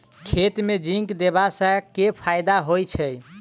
खेत मे जिंक देबा सँ केँ फायदा होइ छैय?